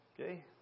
Okay